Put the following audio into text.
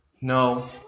No